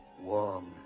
Warm